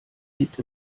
liegt